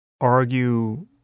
argue